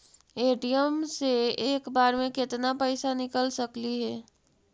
ATM से एक बार मे केत्ना पैसा निकल सकली हे?